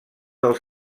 del